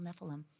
Nephilim